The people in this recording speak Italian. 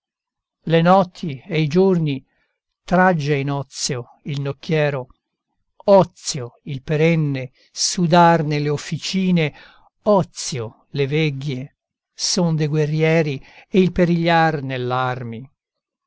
le notti e i giorni tragge in ozio il nocchiero ozio il perenne sudar nelle officine ozio le vegghie son de guerrieri e il perigliar